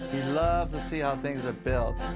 loves to see how things are built.